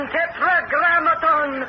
Tetragrammaton